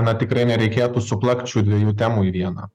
na tikrai nereikėtų suplakt šių dviejų temų į vieną